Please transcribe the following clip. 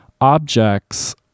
Objects